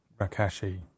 rakashi